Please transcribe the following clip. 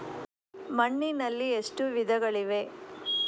ಮಣ್ಣಿನಲ್ಲಿ ಎಷ್ಟು ವಿಧಗಳಿವೆ?